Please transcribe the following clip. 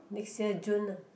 next year June lah